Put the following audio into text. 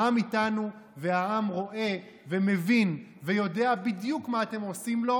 העם איתנו והעם רואה ומבין ויודע בדיוק מה אתם עושים לו,